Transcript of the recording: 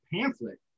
pamphlet